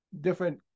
different